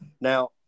now